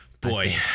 Boy